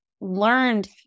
learned